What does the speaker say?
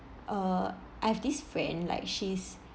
err I have this friend like she's